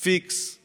את הסוגיות